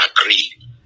agree